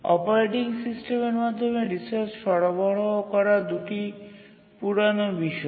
operating সিস্টেমের মাধ্যমে resource সরবরাহ করা দুটি পুরানো বিষয়